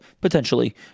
potentially